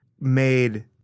made